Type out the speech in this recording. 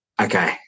okay